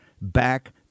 Back